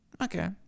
okay